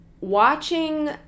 watching